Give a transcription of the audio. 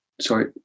Sorry